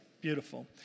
Beautiful